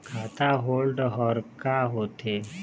खाता होल्ड हर का होथे?